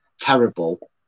terrible